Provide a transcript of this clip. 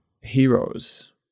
heroes